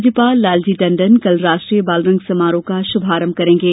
राज्यपाल लालजी टण्डन कल राष्ट्रीय बालरंग समारोह का शुभारंभ करेंगे